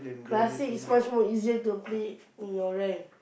classic is much more easier to play in your rank